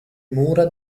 mura